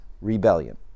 rebellion